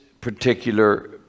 particular